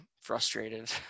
frustrated